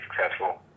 successful